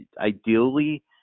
ideally